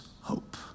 hope